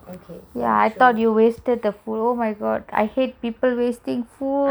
ya I thought you wasted the food oh my god I hate people wasting food